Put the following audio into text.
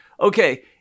okay